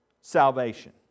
salvation